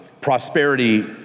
prosperity